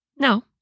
No